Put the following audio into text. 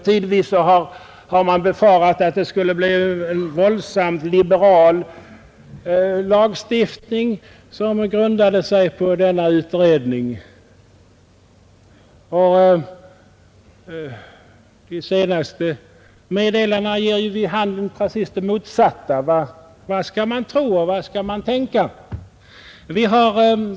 Tidvis har man befarat att utredningen siktar mot en våldsamt liberal lagstiftning men de senaste meddelandena ger precis det motsatta vid handen. Vad skall man tro och vad skall man tänka?